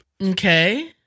okay